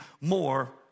more